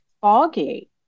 foggy